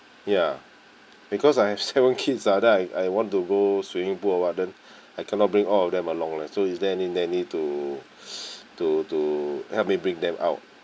ya because I have seven kids ah then I I want to go swimming pool or what then I cannot bring all of them along leh so it's there any nanny to to to help me bring them out